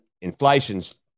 inflation's